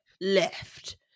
left